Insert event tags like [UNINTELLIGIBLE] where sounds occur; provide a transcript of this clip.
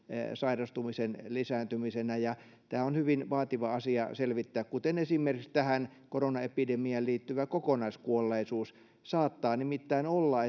sairastumisen lisääntymisenä tämä on hyvin vaativa asia selvittää kuten esimerkiksi tähän koronaepidemiaan liittyvä kokonaiskuolleisuus saattaa nimittäin olla [UNINTELLIGIBLE]